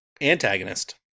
Antagonist